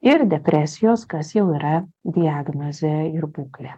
ir depresijos kas jau yra diagnozė ir būklė